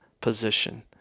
position